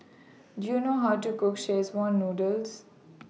Do YOU know How to Cook Noodle